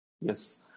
Yes